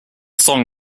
song